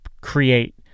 create